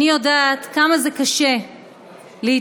אני יודעת כמה זה קשה להתנהל.